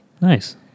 Nice